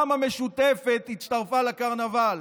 גם המשותפת הצטרפה לקרנבל.